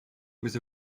was